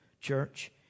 church